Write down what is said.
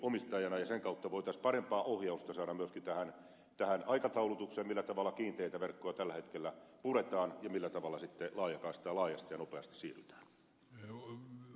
sen kautta voitaisiin parempaa oh jausta saada myöskin tähän aikataulutukseen millä tavalla kiinteitä verkkoja tällä hetkellä puretaan ja millä tavalla sitten laajakaistaan laajasti ja nopeasti siirrytään